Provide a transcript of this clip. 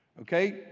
okay